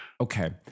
Okay